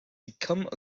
become